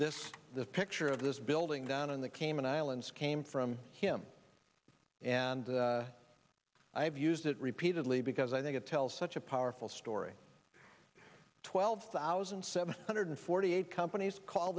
this is the picture of this building down in the cayman islands came from him and i have used it repeatedly because i think it tells such a powerful story twelve thousand seven hundred forty eight companies call